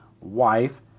wife